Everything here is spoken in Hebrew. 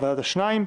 "ועדת השניים",